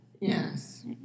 Yes